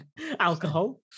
alcohol